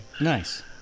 Nice